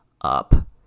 up